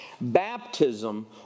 Baptism